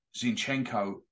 Zinchenko